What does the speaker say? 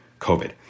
COVID